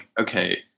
okay